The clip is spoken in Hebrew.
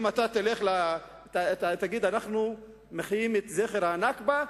אם אתה תגיד: אנחנו מחילים את זכר ה"נכבה",